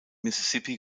mississippi